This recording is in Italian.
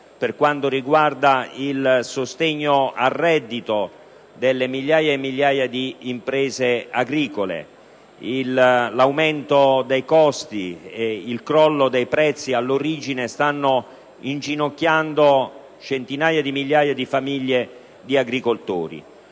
per quanto riguarda il sostegno al reddito delle migliaia e migliaia di imprese agricole: l'aumento dei costi e il crollo dei prezzi all'origine stanno mettendo in ginocchio centinaia di migliaia di famiglie di agricoltori.